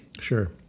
sure